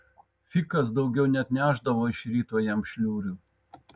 fikas daugiau neatnešdavo iš ryto jam šliurių